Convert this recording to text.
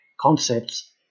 concepts